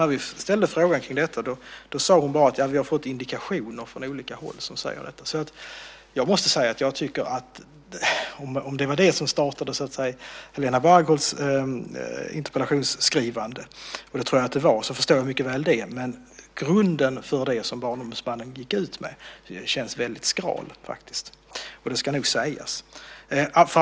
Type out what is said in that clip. När vi ställde frågor kring detta sade hon bara: Ja, vi har fått indikationer från olika håll som säger detta. Om det var detta som startade Helena Bargholtz interpellationsskrivande - och det tror jag att det var - förstår jag det mycket väl. Men grunden för det som Barnombudsmannen gick ut med känns väldigt skral, och det ska nog sägas.